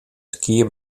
skiep